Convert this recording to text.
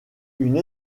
une